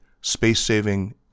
space-saving